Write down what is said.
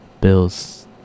Bills